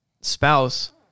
spouse